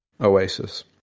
Oasis